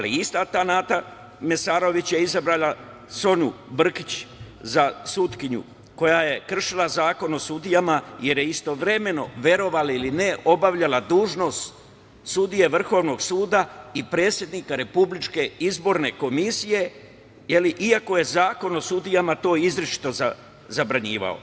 Ista ta Nata Mesarović je izabrala Sonju Brkić za sudiju koja je kršila Zakon o sudijama, jer je istovremeno, verovali ili ne, obavljala dužnost sudije Vrhovnog suda i predsednika RIK, iako je Zakon o sudijama to izričito zabranjivao.